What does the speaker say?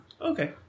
Okay